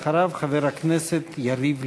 אחריו, חבר הכנסת יריב לוין.